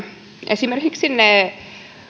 esimerkiksi ne